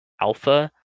alpha